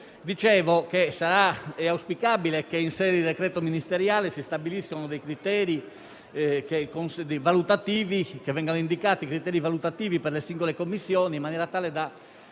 dicevo, è auspicabile che in sede di decreto ministeriale vengano indicati dei criteri valutativi per le singole commissioni in maniera tale da